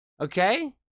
Okay